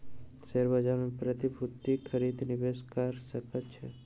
share बाजार मे प्रतिभूतिक खरीद निवेशक कअ सकै छै